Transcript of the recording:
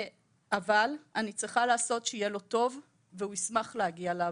אבל אני צריכה לעשות שיהיה לו טוב והוא ישמח להגיע לעבודה.